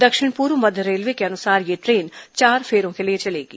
दक्षिण पूर्व मध्य रेलवे के अनुसार यह ट्रेन चार फेरों के लिए चलेगी